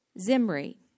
Zimri